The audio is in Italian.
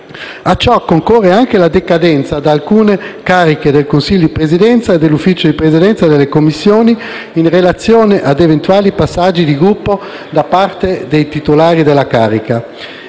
A ciò concorre anche la decadenza da alcune cariche del Consiglio di Presidenza e dell'Ufficio di Presidenza delle Commissioni, in relazione a eventuali passaggi di Gruppo da parte dei titolari della carica.